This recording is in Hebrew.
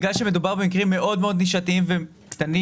כיוון שמדובר במקרים מאוד מאוד נישתיים וקטנים,